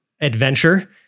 adventure